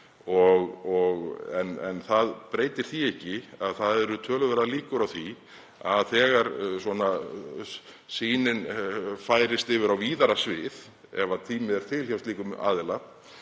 En það breytir því ekki að það eru töluverðar líkur á því að þegar sýnin færist yfir á víðara svið, ef tími er til hjá slíkum aðila,